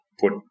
put